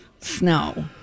snow